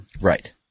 Right